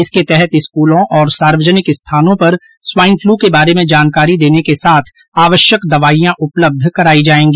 इसके तहत स्कलों और सार्वजनिक स्थानों पर स्वाईन फ्ल के बारे में जानकारी देने के साथ आवश्यक दवाईयां उपलब्ध कराई जायेगी